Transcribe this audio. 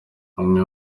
umwe